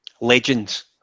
legends